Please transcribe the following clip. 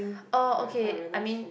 oh okay I mean